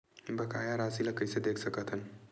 बकाया राशि ला कइसे देख सकत हान?